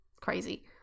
crazy